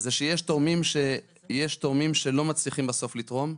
יש תורמים שלא מצליחים בסוף לתרום.